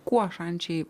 kuo šančiai